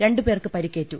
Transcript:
രണ്ടു പേർക്ക് പരിക്കേറ്റു